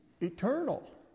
eternal